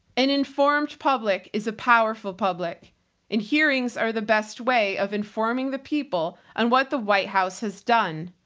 an informed public is a powerful public and hearings are the best way of informing the people on what the white house has done.